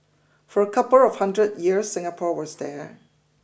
for a couple of hundred years Singapore was there